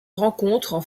rencontrent